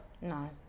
no